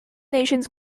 nations